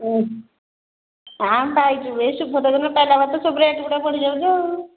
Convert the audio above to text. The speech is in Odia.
ଉଁ ହଁ ପାଇଛୁ ଏଇ ସୁଭଦ୍ରା ଯୋଜନା ପାଇଲା ପରେ ସବୁ ରେଟ୍ ଗୁଡ଼ା ବଢ଼ି ଯାଉଛି